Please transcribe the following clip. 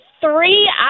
three